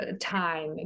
time